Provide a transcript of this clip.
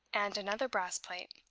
and another brass plate,